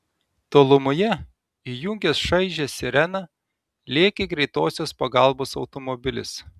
tolumoje įjungęs šaižią sireną lėkė greitosios pagalbos automobilis